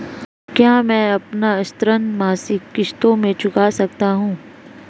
क्या मैं अपना ऋण मासिक किश्तों में चुका सकता हूँ?